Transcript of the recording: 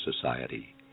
Society